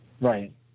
Right